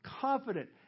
confident